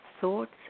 thoughts